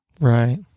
Right